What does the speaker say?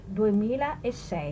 2006